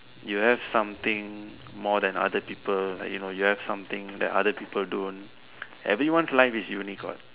you have something more than other people like you know you have something that other people don't like everyone's life is unique what